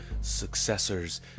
successors